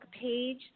page